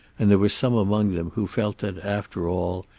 and there were some among them who felt that, after all,